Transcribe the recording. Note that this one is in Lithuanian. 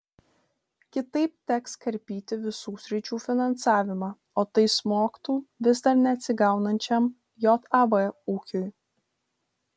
kitaip teks karpyti visų sričių finansavimą o tai smogtų vis dar neatsigaunančiam jav ūkiui